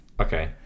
Okay